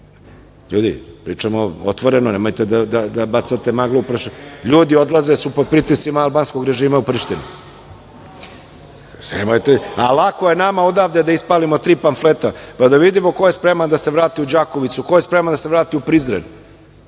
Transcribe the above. ljudi, pričamo otvoreno, nemojte da bacate maglu, ljudi odlaze jer su pod pritiscima albanskog režima u Prištini. Lako je nama odavde da ispalimo tri pamfleta, pa da vidimo ko je spreman da se vrati u Đakovicu, ko je spreman da se vrati u Prizren,